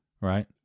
right